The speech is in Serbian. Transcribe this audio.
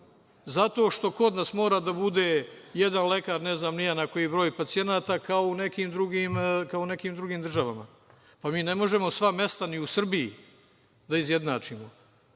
zato što kod nas mora bude jedan lekar, ne znam ni ja, na koji broj pacijenata, kao u nekim drugim državama. Mi ne možemo sva mesta ni u Srbiji da izjednačimo.